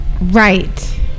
Right